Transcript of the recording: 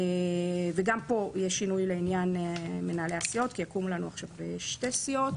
גם פה יש שינוי לעניין מנהלי הסיעות כי יקומו עכשיו שתי סיעות.